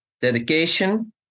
Dedication